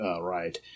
right